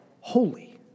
holy